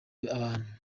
abantu